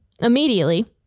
immediately